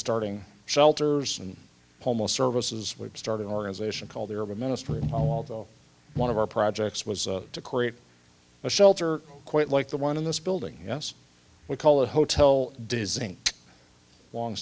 starting shelters and pomo services would start an organization called the urban ministry although one of our projects was to create a shelter quite like the one in this building yes we call it hotel does inc long